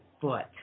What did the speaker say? foot